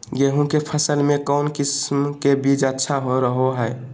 गेहूँ के फसल में कौन किसम के बीज अच्छा रहो हय?